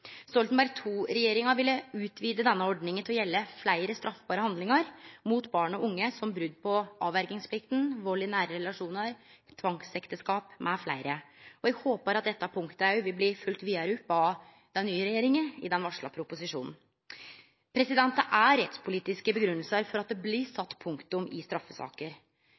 Stoltenberg II-regjeringa ville utvide denne ordninga til å gjelde fleire straffbare handlingar mot barn og unge, som brot på avverjingsplikta, vald i nære relasjonar, tvangsekteskap m.fl., og eg håpar at dette punktet òg vil bli følgt vidare opp av den nye regjeringa i den varsla proposisjonen. Det er rettspolitiske grunngjevnader for at det blir sett punktum i straffesaker,